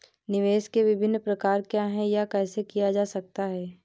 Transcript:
निवेश के विभिन्न प्रकार क्या हैं यह कैसे किया जा सकता है?